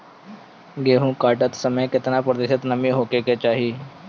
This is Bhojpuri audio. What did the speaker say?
गेहूँ काटत समय केतना प्रतिशत नमी होखे के चाहीं?